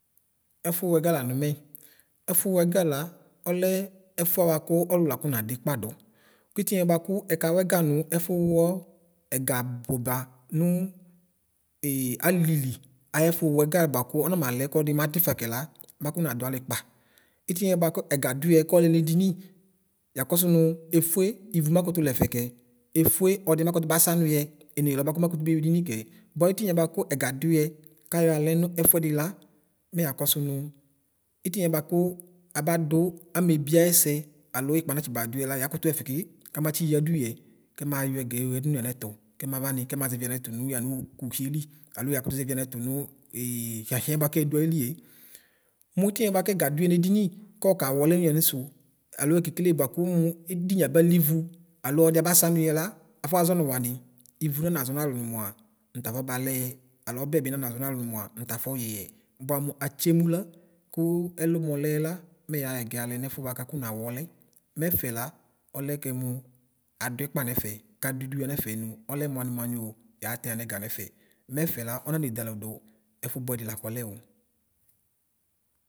Ɛfʋ wɛga lanʋ mɛ ɛfʋ wɛga la ɔlɛ ɛlʋɛ bʋakʋ ɔlʋlʋ akɔ nadʋ ikpadʋ kʋ itiniɛ bʋakʋ ɛkawɔ ɛga nʋ alɔ kɛ makui la yɛ mɔkʋwʋ yɔkpɔdʋ maʋani makʋ mɔdʋnʋ ɛfʋbie mɛ ayɔ ewʋ akɔne akɔnakʋ amɛlayɛ manana kʋɛkʋɛ mananakʋ etini ʋdʋwʋ akɔnavani akɔnazɛvi ʋgbatakʋ wani akɔnazɛvi ɛkʋbi wani bʋakʋ ɔdʋ ʋdʋnʋ bʋakʋ ɔnabʋɛ kɔlɔdi kɔmaba yamɛfʋɛ kɔmaba mʋ kɔmɛ ɔnafɔ bʋɛfala akɔna kele layɛ ewlesɛ.